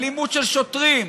אלימות של שוטרים,